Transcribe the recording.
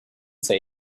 say